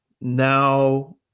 now